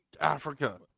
Africa